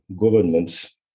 governments